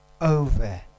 over